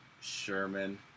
Sherman